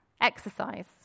exercise